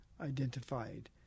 identified